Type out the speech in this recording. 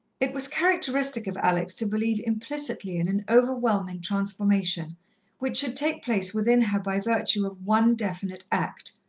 it was characteristic of alex to believe implicitly in an overwhelming transformation which should take place within her by virtue of one definite act,